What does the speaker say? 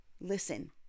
Listen